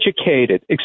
Educated